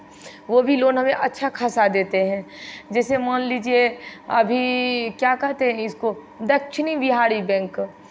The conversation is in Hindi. वो भी लोन हमें अच्छा खासा देते हैं जैसे मान लीजिए अभी क्या कहते हैं इसको दक्षिणी बिहारी बैंक